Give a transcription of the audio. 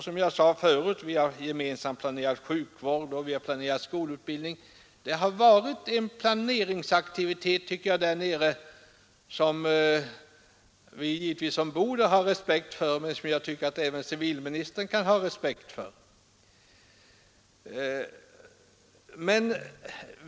Som jag sade förut har vi gemensamt planerat sjukvård och skolutbildning. Det har varit en planeringsaktivitet där nere som givetvis vi som bor där har respekt för, men som jag tycker att även civilministern kan ha respekt för.